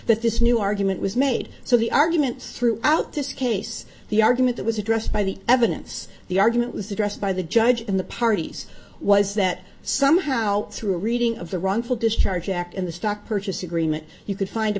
that this new argument was made so the arguments through out this case the argument that was addressed by the evidence the argument was addressed by the judge in the parties was that somehow through a reading of the wrongful discharge act in the stock purchase agreement you could find a